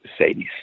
Mercedes